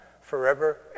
forever